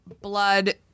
blood